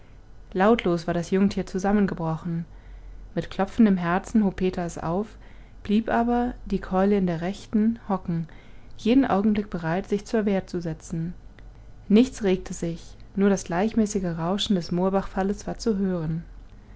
lautlos war das jungtier zusammengebrochen mit klopfendem herzen hob peter es auf blieb aber die keule in der rechten hocken jeden augenblick bereit sich zur wehr zu setzen nichts regte sich nur das gleichmäßige rauschen des moorbachfalles war zu hören